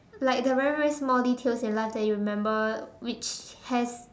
like the very very small details in life that you remember which have